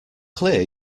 clear